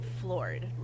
floored